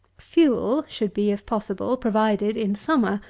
fuel should be, if possible, provided in summer,